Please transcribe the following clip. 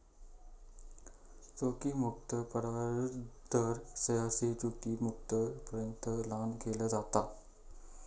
जोखीम मुक्तो परताव्याचो दर, सहसा जोखीम मुक्त दरापर्यंत लहान केला जाता